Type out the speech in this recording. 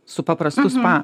su paprastu spa